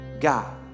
God